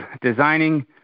designing